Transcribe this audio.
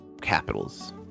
capitals